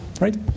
right